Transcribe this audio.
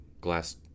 glass